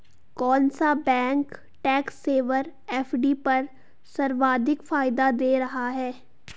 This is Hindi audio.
कौन सा बैंक टैक्स सेवर एफ.डी पर सर्वाधिक फायदा दे रहा है?